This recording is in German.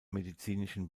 medizinischen